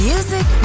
Music